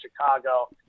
Chicago